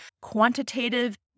quantitative